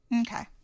Okay